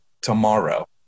tomorrow